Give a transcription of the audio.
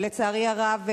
שלצערי הרב,